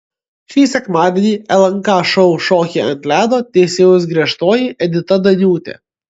šį sekmadienį lnk šou šokiai ant ledo teisėjaus griežtoji edita daniūtė